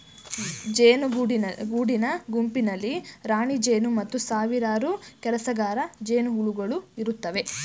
ಜೇನು ಗೂಡಿನ ಗುಂಪಿನಲ್ಲಿ ರಾಣಿಜೇನು ಮತ್ತು ಸಾವಿರಾರು ಕೆಲಸಗಾರ ಜೇನುಹುಳುಗಳು ಇರುತ್ತವೆ